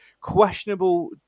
questionable